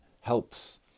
helps